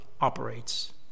operates